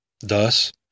Thus